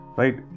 right